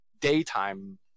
daytime